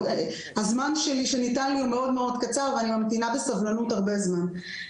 הזמן שניתן לי הוא מאוד מאוד קצר ואני ממתינה בסבלנות הרבה זמן.